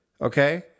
Okay